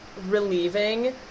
relieving